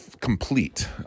complete